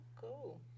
cool